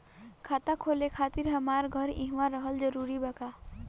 खाता खोले खातिर हमार घर इहवा रहल जरूरी बा का?